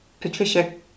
Patricia